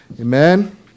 Amen